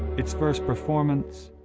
its first performance,